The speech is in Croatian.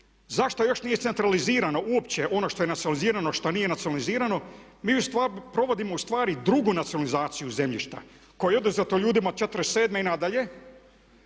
zašto još nije centralizirano uopće ono što je nacionalizirano, što nije nacionalizirano, mi provodimo ustvari drugu nacionalizaciju zemljišta koje je oduzeto ljudima '47. i nadalje